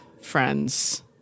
friends